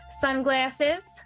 sunglasses